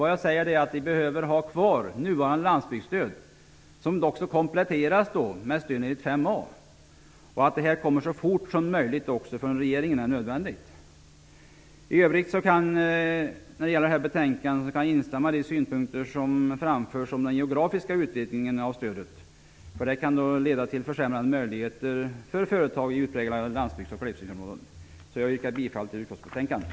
Vad jag säger är att vi behöver ha kvar nuvarande landsbygdsstöd, kompletterat med stöd 5a, och att det är nödvändigt att detta kommer så fort som möjligt från regeringen. I övrigt kan jag instämma i de synpunkter som framförts om den geografiska utvidgningen av stödet. En sådan utvidgning skulle kunna leda till försämrade möjligheter för företag i utpräglade landsbygds och glesbygdsområden. Jag yrkar bifall till utskottets hemställan.